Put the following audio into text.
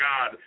God